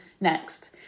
next